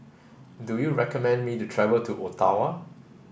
do you recommend me to travel to Ottawa